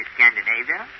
Scandinavia